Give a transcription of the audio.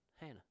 Hannah